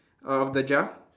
of the jar